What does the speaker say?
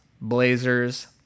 blazers